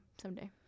Someday